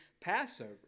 Passover